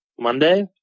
Monday